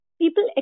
people